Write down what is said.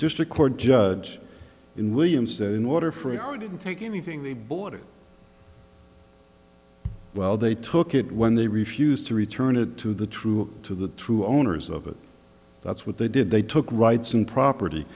district court judge in williams that in order for her didn't take anything they bought it well they took it when they refused to return it to the true to the true owners of it that's what they did they took rights and property